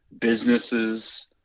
businesses